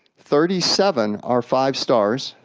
thirty seven are five stars,